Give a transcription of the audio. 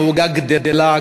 העוגה גדלה,